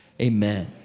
Amen